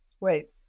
Wait